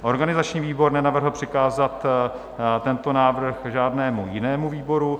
Organizační výbor nenavrhl přikázat tento návrh žádnému jinému výboru.